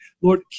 Lord